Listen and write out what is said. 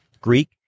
Greek